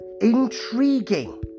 intriguing